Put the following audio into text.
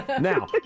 Now